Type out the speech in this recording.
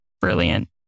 brilliant